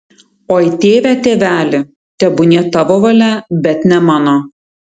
oi tėve tėveli tebūnie tavo valia bet ne mano